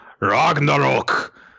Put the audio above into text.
Ragnarok